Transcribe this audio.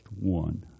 one